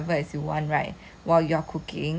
you know like you don't need to do the wash up as well